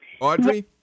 Audrey